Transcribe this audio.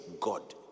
God